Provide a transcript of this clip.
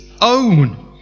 own